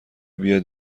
بیاد